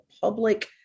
public